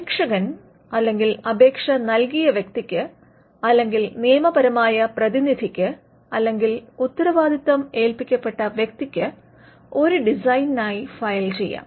അപേക്ഷകൻ അല്ലെങ്കിൽ അപേക്ഷ നൽകിയ വ്യക്തിക്ക് അല്ലെങ്കിൽ നിയമപരമായ പ്രതിനിധിക്ക് അല്ലെങ്കിൽ ഉത്തരവാദിത്തം ഏൽപ്പിക്കപ്പെട്ട വ്യക്തിക്ക് ഒരു ഡിസൈനിനായി ഫയൽ ചെയ്യാം